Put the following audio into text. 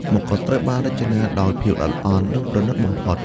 ម្កុដត្រូវបានរចនាដោយ ភាពល្អិតល្អន់ និងប្រណីតបំផុត។